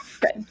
Good